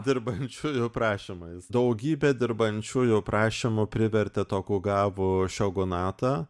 dirbančiųjų prašymais daugybė dirbančiųjų prašymų privertė tokugavų šiogūnatą